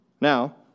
Now